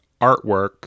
artwork